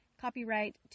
copyright